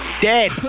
Dead